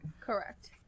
Correct